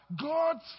God's